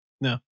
No